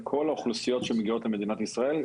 לכל האוכלוסיות שמגיעות למדינת ישראל,